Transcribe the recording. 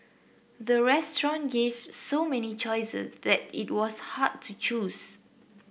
the restaurant gave so many choice that it was hard to choose